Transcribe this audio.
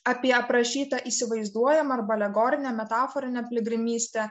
apie aprašytą įsivaizduojamą arba alegorinę metaforinę piligrimystę